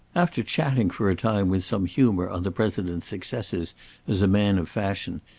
after charting for a time with some humour on the president's successes as a man of fashion,